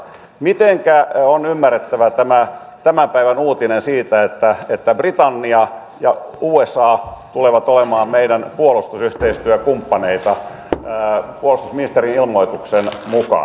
mitenkä on ymmärrettävä tämän päivän uutinen siitä että britannia ja usa tulevat olemaan meidän puolustusyhteistyökumppaneitamme puolustusministerin ilmoituksen mukaan